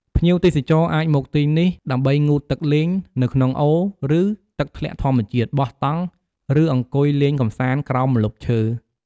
ភ្ញៀវទេសចរអាចមកទីនេះដើម្បីងូតទឹកលេង នៅក្នុងអូរ ឬទឹកធ្លាក់ធម្មជាតិ បោះតង់ ឬអង្គុយលេងកម្សាន្តក្រោមម្លប់ឈើ។